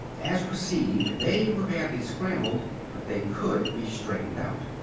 as received, they were badly scrambled, but they could be straightened out.